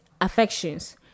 affections